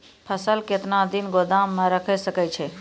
फसल केतना दिन गोदाम मे राखै सकै छौ?